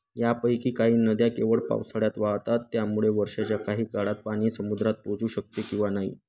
यापैकी काही नद्या केवळ पावसाळ्यात वाहतात त्यामुळं वर्षाच्या काही काळात पाणी समुद्रात पोहोचू शकते किंवा नाही